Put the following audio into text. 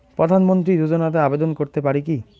প্রধানমন্ত্রী যোজনাতে আবেদন করতে পারি কি?